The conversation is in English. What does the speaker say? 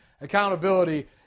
accountability